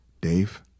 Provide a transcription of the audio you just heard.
Dave